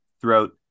throughout